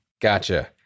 Gotcha